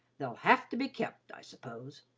they'll have to be kep', i suppose.